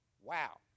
Wow